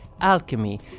alchemy